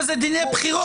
אבל זה דיני בחירות.